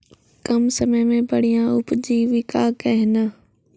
कम समय मे बढ़िया उपजीविका कहना?